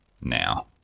now